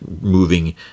moving